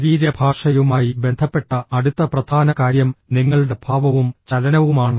ശരീരഭാഷയുമായി ബന്ധപ്പെട്ട അടുത്ത പ്രധാന കാര്യം നിങ്ങളുടെ ഭാവവും ചലനവുമാണ്